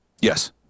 Yes